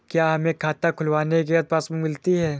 क्या हमें खाता खुलवाने के बाद पासबुक मिलती है?